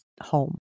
home